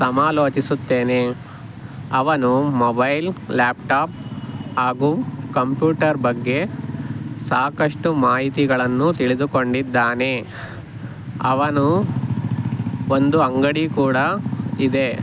ಸಮಾಲೋಚಿಸುತ್ತೇನೆ ಅವನು mobile laptop ಹಾಗೂ computer ಬಗ್ಗೆ ಸಾಕಷ್ಟು ಮಾಹಿತಿಗಳನ್ನು ತಿಳಿದುಕೊಂಡಿದ್ದಾನೆ ಅವನು ಒಂದು ಅಂಗಡಿ ಕೂಡ ಇದೆ